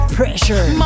pressure